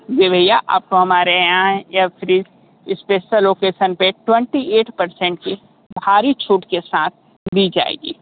जी भैया आपको हमारे यहाँ यह फ्रिज स्पेशल ओकेज़न पर ट्वेंटी ऐट परसेंट की भारी छूट के साथ दी जाएगी